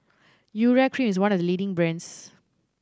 Urea Cream is one of the leading brands